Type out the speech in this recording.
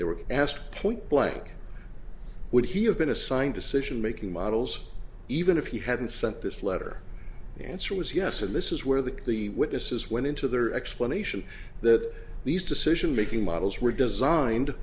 they were asked point blank would he have been assigned decision making models even if he hadn't sent this letter answer was yes and this is where the the witnesses went into their explanation that these decision making models were designed